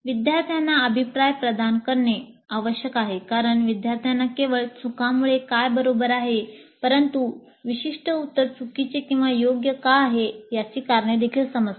विद्यार्थ्यांना अभिप्राय प्रदान करणे आवश्यक आहे कारण विद्यार्थ्यांना केवळ चुकांमुळे काय बरोबर आहे परंतु विशिष्ट उत्तर चुकीचे किंवा योग्य का आहे याची कारणे देखील समजतात